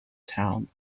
town